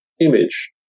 image